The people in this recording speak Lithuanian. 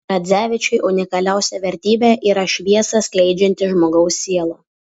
radzevičiui unikaliausia vertybė yra šviesą skleidžianti žmogaus siela